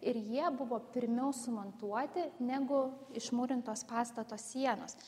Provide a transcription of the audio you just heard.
ir jie buvo pirmiau sumontuoti negu išmūrintos pastato sienos